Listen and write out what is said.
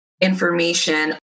information